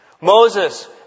Moses